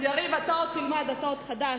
יריב, אתה עוד תלמד, אתה עוד חדש.